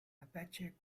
apache